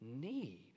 need